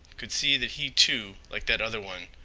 could see that he, too, like that other one,